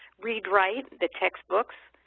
read write, the textbooks,